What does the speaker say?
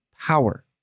power